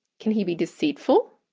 can he be deceitful?